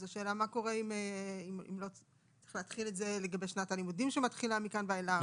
אז השאלה אם צריך להתחיל את זה משנת הלימודים שמתחילה מכאן ואילך.